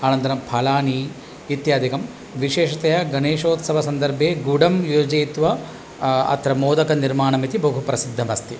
अनन्तरं फलानि इत्यादिकं विशेषतया गणेशोत्सवसन्दर्भे गुडं योजयित्वा अत्र मोदकं निर्माणम् इति बहु प्रसिद्धमस्ति